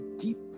deep